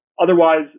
otherwise